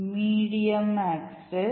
medium access